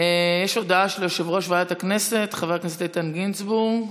יש הודעה של יושב-ראש ועדת הכנסת חבר הכנסת איתן גינזבורג,